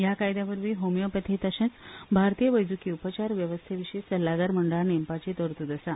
ह्या कायद्यावरवी होमिओपथी तशेंच भारतीय वैजकी उपचार वेवस्थेविशीं सल्लागार मंडळां नेमपाची तरतुद आसा